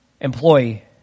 employee